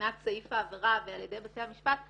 מבחינת סעיף העבירה ועל ידי בתי המשפט,